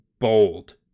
Bold